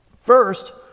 First